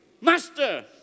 Master